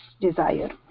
desire